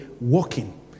working